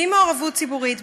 בלי מעורבות ציבורית,